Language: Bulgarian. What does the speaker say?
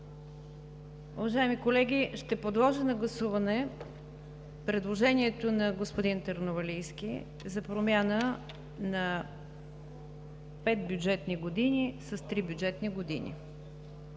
Уважаеми колеги, ще подложа на гласуване предложението на господин Търновалийски за промяна на „5“ бюджетни години с „3“ бюджетни години.